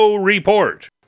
report